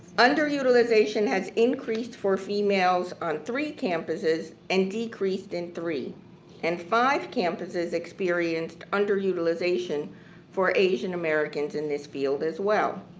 underutilization has increased for females on three campuses and decreased in three and five campuses experienced underutilization for asian-americans in this field as well.